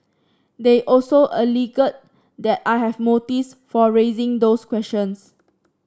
they also alleged that I have motives for raising those questions